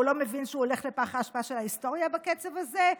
הוא לא מבין שהוא הולך לפח האשפה של ההיסטוריה בקצב הזה?